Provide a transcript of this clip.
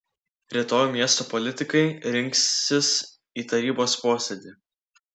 rytoj miesto politikai rinksis į tarybos posėdį